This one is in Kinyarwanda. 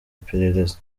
iperereza